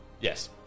yes